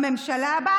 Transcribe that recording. בממשלה הבאה.